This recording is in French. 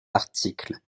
articles